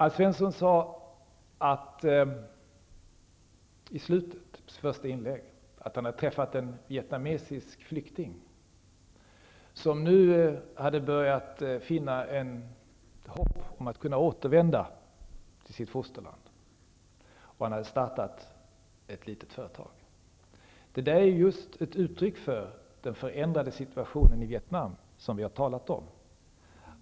Alf Svensson sade i slutet av sitt första inlägg att han hade träffat en vietnamesisk flykting som nu hade börjat finna hopp om att kunna återvända till sitt fosterland och hade startat ett litet företag. Det där är just ett uttryck för den förändrade situationen i Vietnam, som vi har talat om